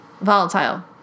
volatile